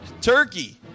turkey